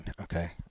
okay